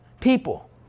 people